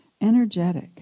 energetic